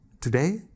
Today